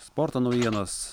sporto naujienos